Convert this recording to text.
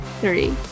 three